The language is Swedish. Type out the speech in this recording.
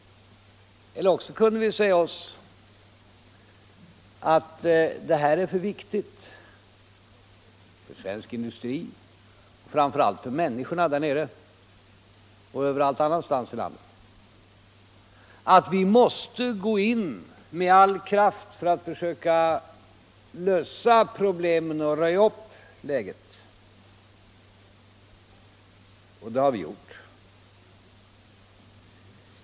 Eller också kunde vi säga oss att det här är så viktigt för svensk industri och framför allt för människorna både där nere och på alla andra platser i landet att vi måste gå in med all kraft för att försöka lösa problemen och röja upp läget. Det är det som vi har gjort.